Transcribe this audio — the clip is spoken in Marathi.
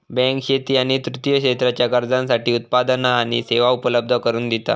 बँक शेती आणि तृतीय क्षेत्राच्या गरजांसाठी उत्पादना आणि सेवा उपलब्ध करून दिता